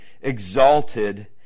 exalted